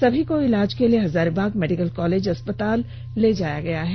समी को इलाज के लिए हजारीबाग मेडिकल कॉलेज अस्पताल में लाया गया है